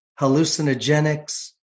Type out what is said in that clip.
hallucinogenics